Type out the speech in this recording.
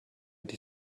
die